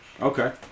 Okay